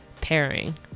pairing